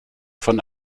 von